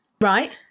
Right